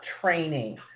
training